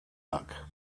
luck